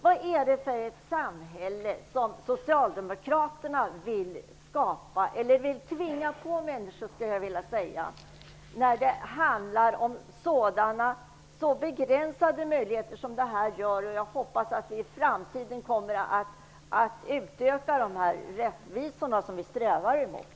Vad är det för ett samhälle som Socialdemokraterna vill skapa, eller snarare tvinga på människor? Det gäller ju begränsade möjligheter. Jag hoppas att vi i framtiden kommer att kunna uppnå den rättvisa som vi strävar efter.